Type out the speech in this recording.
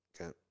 okay